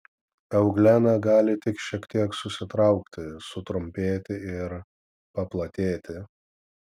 euglena gali tik šiek tiek susitraukti sutrumpėti ir paplatėti